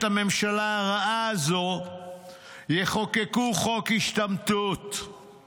הממשלה הרעה הזאת יחוקקו חוק השתמטות,